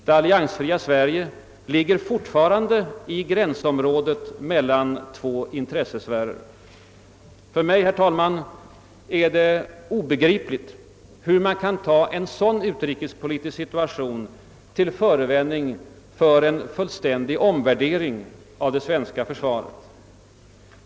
Det alliansfria Sverige ligger alltjämt i gränsområdet mellan två intressesfärer. Herr talman! För mig är det obegripligt, hur man kan ta en sådan utrikespolitisk situation till förevändning för en fullständig omvärdering av det svenska försvaret.